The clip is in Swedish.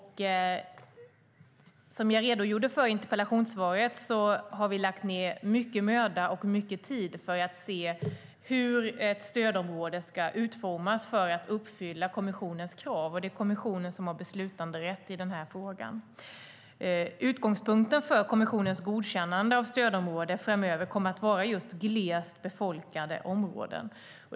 Som jag redogjorde för i interpellationssvaret har vi lagt ned mycket möda och tid på att se hur ett stödområde ska utformas för att uppfylla kommissionens krav. Det är kommissionen som har beslutanderätt i den här frågan. Utgångspunkten för kommissionens godkännande av stödområde kommer framöver att vara just glest befolkade områden.